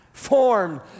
Formed